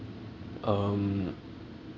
um